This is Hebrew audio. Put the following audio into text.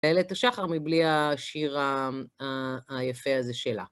איילת השחר מבלי השיר היפה הזה שלה.